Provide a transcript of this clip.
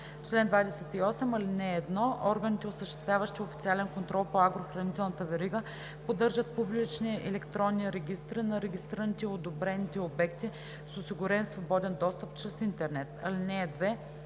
„Чл. 28. (1) Органите, осъществяващи официален контрол по агрохранителната верига, поддържат публични електронни регистри на регистрираните и одобрените обекти, с осигурен свободен достъп чрез интернет.